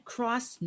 Cross